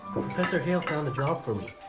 professor hale found a job for me.